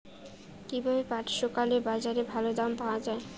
কীভাবে পাট শুকোলে বাজারে ভালো দাম পাওয়া য়ায়?